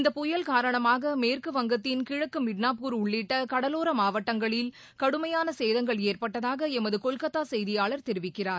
இந்த புயல் காரணமாக மேற்கு வங்கத்தின் கிழக்கு மிட்னாபூர் உள்ளிட்ட கடலோர மாவட்டங்களில் கடுமையான சேதங்கள் ஏற்பட்டதாக எமது கொல்கத்தா செய்தியாளர் தெரிவிக்கிறார்